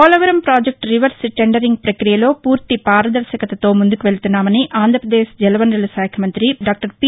Polavaram project reverse tendering ప్రకీయలో పూర్తి పారదర్శకతతో ముందుకు వెళుతున్నామని ఆంధ్రాపదేశ్ జలవనరుల శాఖమంతి పి